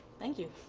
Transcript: thank you.